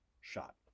shot